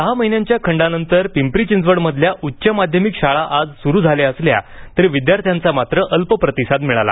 दहा महिन्यांच्या खंडानंतर पिंपरी चिंचवडमधल्या उच्च माध्यमिक शाळा आज सुरू झाल्या असल्या तरी विद्यार्थ्यांचा मात्र अल्प प्रतिसाद मिळाला